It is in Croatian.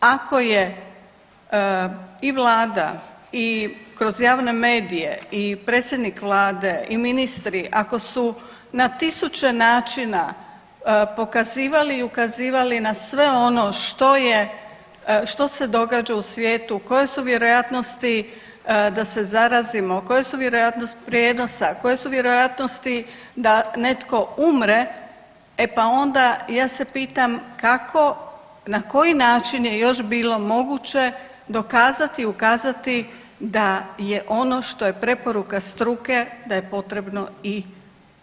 Ako je i Vlada i kroz javne medije i predsjednik Vlade i ministri, ako su na tisuće načina pokazivali i ukazivali na sve ono što je, što se događa u svijetu, koje su vjerojatnosti da se zarazimo, koje su vjerojatnosti prijenosa, koje su vjerojatnosti da netko umre, e pa onda, ja se pitam kako, na koji način je još bilo moguće dokazati i ukazati da je ono što je preporuka struke da je potrebno i poštivati.